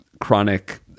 chronic